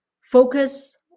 focus